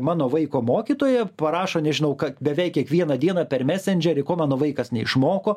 mano vaiko mokytoja parašo nežinau beveik kiekvieną dieną per mesendžerį ko mano vaikas moko